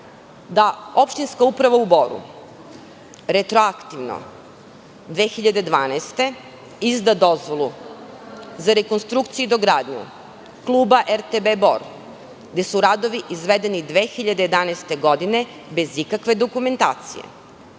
da opštinska uprava u Boru retroaktivno, 2012. godine, izda dozvolu za rekonstrukciju i dogradnju kluba RTB Bor, gde su radovi izvedeni 2011. godine bez ikakve dokumentacije?